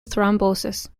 thrombosis